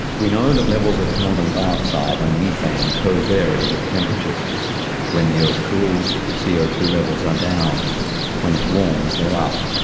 we know that levels of carbon dioxide and methane co-vary with temperatures when the earth cools c o two levels are down when it warms they're up.